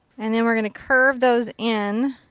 and then we're going to curve those in